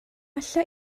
alla